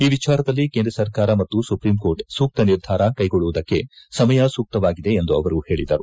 ಈ ಎಚಾರದಲ್ಲಿ ಕೇಂದ್ರ ಸರ್ಕಾರ ಮತ್ತು ಸುಪ್ರೀಂ ಕೋರ್ಟ್ ಸೂಕ್ತ ನಿರ್ಧಾರ ಕೈಗೊಳ್ಳುವುದಕ್ಕೆ ಸಮಯ ಸೂಕ್ತವಾಗಿದೆ ಎಂದು ಅವರು ಪೇಳಿದರು